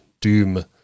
Doom